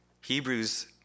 Hebrews